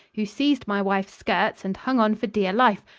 who seized my wife's skirts and hung on for dear life,